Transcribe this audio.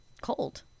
cold